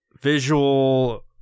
Visual